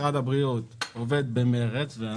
משרד הבריאות עובד במרץ.